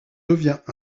devient